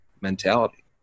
mentality